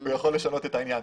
הוא יכול לשנות את העניין.